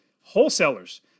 wholesalers